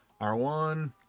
R1